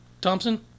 Thompson